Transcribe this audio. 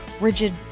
rigid